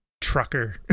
trucker